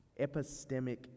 Epistemic